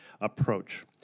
approach